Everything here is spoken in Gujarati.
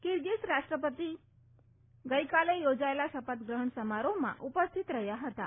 કિરગીઝ રાષ્ટ્રપતિ ગઈકાલે યોજાયેલા શપથ ગ્રહણ સમારોહમાં ઉપસ્થિત રહ્યાહ તા